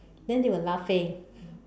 then they were laughing